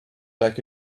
like